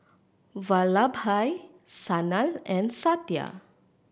Vallabhbhai Sanal and Satya